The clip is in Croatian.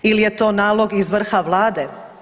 Ili je to nalog iz vrha Vlade?